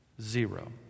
zero